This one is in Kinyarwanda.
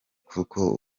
kuko